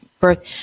birth